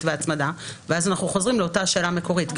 והצמדה ואז אנחנו חוזרים לאותה שאלה מקורית.